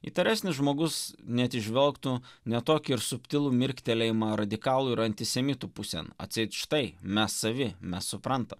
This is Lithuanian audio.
įtaresnis žmogus net įžvelgtų ne tokį ir subtilų mirktelėjimą radikalų ir antisemitų pusėn atseit štai mes savi mes suprantam